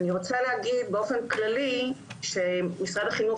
אני רוצה להגיד באופן כללי שמשרד החינוך